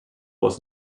was